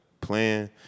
playing